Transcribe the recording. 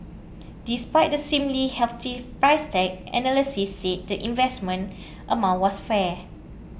despite the seemingly hefty price tag analysts said the investment amount was fair